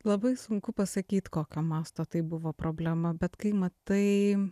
labai sunku pasakyt kokio masto tai buvo problema bet kai matai